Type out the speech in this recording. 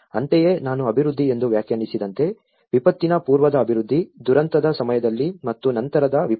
ಅಂತೆಯೇ ನಾನು ಅಭಿವೃದ್ಧಿ ಎಂದು ವ್ಯಾಖ್ಯಾನಿಸಿದಂತೆ ವಿಪತ್ತಿನ ಪೂರ್ವದ ಅಭಿವೃದ್ಧಿ ದುರಂತದ ಸಮಯದಲ್ಲಿ ಮತ್ತು ನಂತರದ ವಿಪತ್ತು